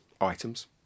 items